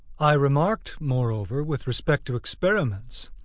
i remarked, moreover, with respect to experiments,